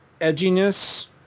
edginess